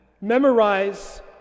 memorize